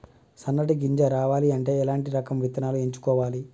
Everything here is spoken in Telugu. సన్నటి గింజ రావాలి అంటే ఎలాంటి రకం విత్తనాలు ఎంచుకోవాలి?